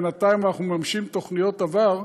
בינתיים אנחנו מממשים תוכניות עבר,